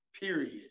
period